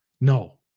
No